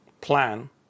plan